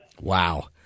Wow